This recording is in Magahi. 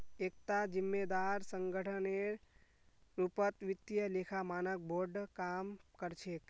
एकता जिम्मेदार संगठनेर रूपत वित्तीय लेखा मानक बोर्ड काम कर छेक